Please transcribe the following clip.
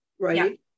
right